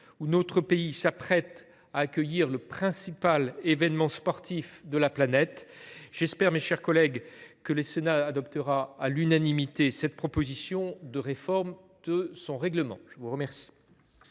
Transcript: où notre pays s’apprête à accueillir le principal événement sportif de la planète, j’espère, mes chers collègues, que le Sénat adoptera à l’unanimité cette proposition de réforme de son règlement. La parole